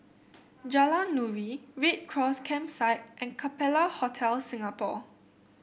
Jalan Nuri Red Cross Campsite and Capella Hotel Singapore